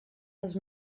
dels